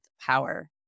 power